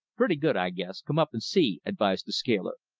pretty good, i guess. come up and see, advised the scaler.